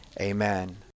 Amen